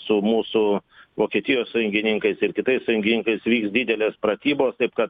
su mūsų vokietijos sąjungininkais ir kitais sąjungininkais vyks didelės pratybos taip kad